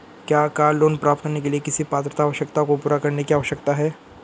क्या car loan प्राप्त करने के लिए किसी पात्रता आवश्यकता को पूरा करने की आवश्यकता है?